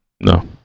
No